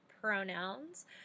pronouns